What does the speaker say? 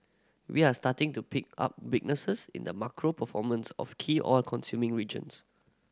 we are starting to pick up weaknesses in the macro performance of key oil consuming regions